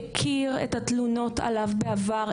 הכיר את התלונות עליו בעבר,